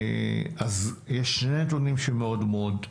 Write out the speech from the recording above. אלה שני נתונים שמאוד-מאוד מטרידים.